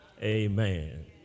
amen